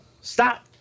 Stop